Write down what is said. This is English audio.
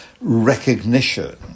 recognition